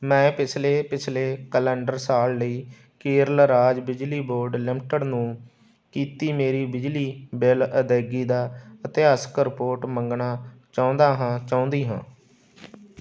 ਮੈਂ ਪਿਛਲੇ ਪਿਛਲੇ ਕੈਲੰਡਰ ਸਾਲ ਲਈ ਕੇਰਲ ਰਾਜ ਬਿਜਲੀ ਬੋਰਡ ਲਿਮਟਿਡ ਨੂੰ ਕੀਤੀ ਮੇਰੀ ਬਿਜਲੀ ਬਿੱਲ ਅਦਾਇਗੀ ਦਾ ਇਤਿਹਾਸਕ ਰਿਪੋਰਟ ਮੰਗਣਾ ਚਾਹੁੰਦਾ ਹਾਂ ਚਾਹੁੰਦੀ ਹਾਂ